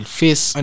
face